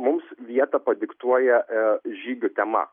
mums vietą padiktuoja žygių tema